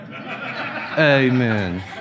amen